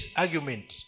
argument